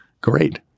great